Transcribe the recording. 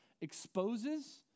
exposes